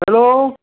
hello